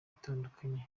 itandukanye